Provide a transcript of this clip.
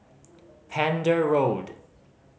Pender Road